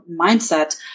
mindset